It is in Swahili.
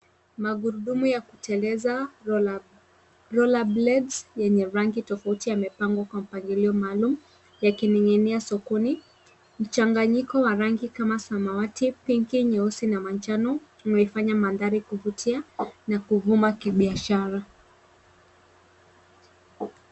Magurudumu ya kutengeneza Roller blades yenye rangi tofauti yamepangwa kwa mpangilio maalum yakining'inia sokoni. Mchanganyiko wa rangi kama samawati, pinki, nyeusi na manjano umeifanya mandhari kuvutia na kuvuma kibiashara.